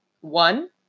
one